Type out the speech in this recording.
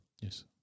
Yes